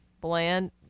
bland